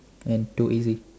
and too easy